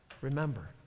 Remember